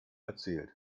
erzählt